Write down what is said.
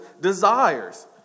desires